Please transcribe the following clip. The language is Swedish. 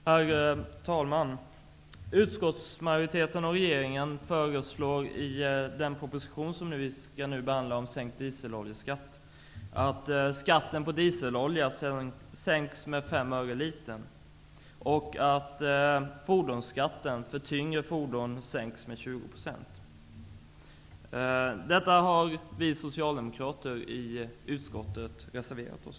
Herr talman! Utskottsmajoriteten och regeringen föreslår i den proposition om sänkt dieseloljeskatt som vi nu skall behandla att skatten på dielselolja sänks med 5 öre per liter och att fordonsskatten för tyngre fordon sänks med 20 %. Detta har vi socialdemokrater i utskottet reserverat oss mot.